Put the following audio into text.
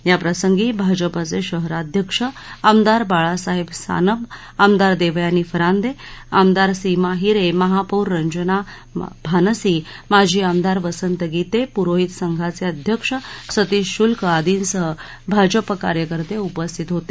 याप्रसंगी भाजपाचे शहराध्यक्ष आमदार बाळासाहेब सानप आमदार देवयानी फरांदे आमदार सीमा हिरे महापौर रंजना भानसी माजी आमदार वसंत गिते पुरोहित संघाचे अध्यक्ष सतीश शुक्ल आदींसह भाजपा कार्यकर्ते उपस्थित होते